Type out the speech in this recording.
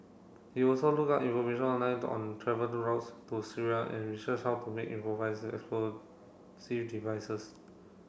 he also looked up information online on travel routes to Syria and researched how to make improvised devices